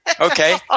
Okay